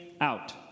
out